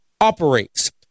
operates